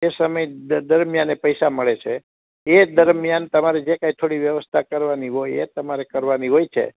એ સામે દરમિયાન પૈસા મળે છે એ દરમિયાન તમારે જે કાઇ થોડી વ્યવસ્થા કરવાની હોય એ તમારે કરવાની હોય છે